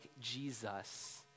Jesus